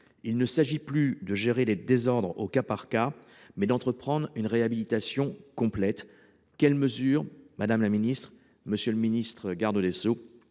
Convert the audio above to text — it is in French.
Il s’agit non plus de gérer les désordres au cas par cas, mais d’entreprendre une réhabilitation complète. Quelles mesures, madame la ministre, M. le garde des sceaux